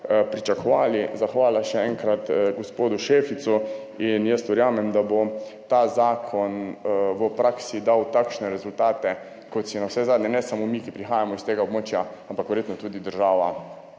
pričakovali. Zahvala še enkrat gospodu Šeficu in jaz verjamem, da bo ta zakon v praksi dal takšne rezultate, kot si jih navsezadnje ne želimo samo mi, ki prihajamo s tega območja, ampak verjetno tudi država.